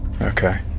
Okay